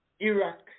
Iraq